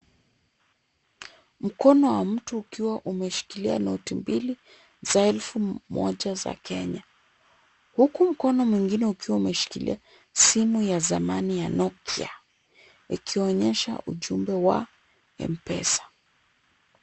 Mkono wa mtu ukiwa umeshikilia noti mbili za elfu moja za Kenya, huku mkono mwingine ukiwa umeshikilia simu ya zamani ya Nokia, ikionyesha ujumbe wa M-Pesa. .